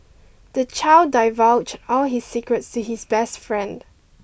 the child divulged all his secrets to his best friend